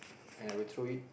and I will throw it